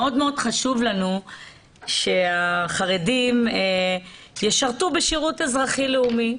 מאוד מאוד חשוב לנו שהחרדים ישרתו בשירות אזרחי לאומי.